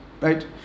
Right